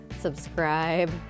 subscribe